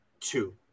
two